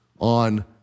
on